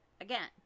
again